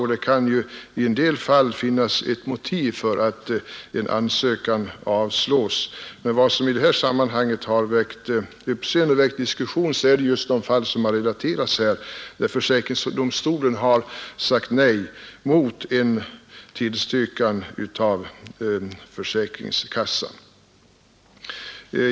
I vissa fall kan det ju finnas ett motiv för att en ansökan avslås, men vad som i det här sammanhanget väckt uppseende och diskussion är just de fall som har relaterats här, där försäkringsdomstolen sagt nej mot en tillstyrkan av försäkringskassan.